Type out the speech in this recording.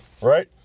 Right